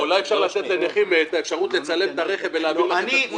אולי שיאפשרו לנכים לצלם את הרכב ולהעביר לכם את התמונה.